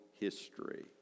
History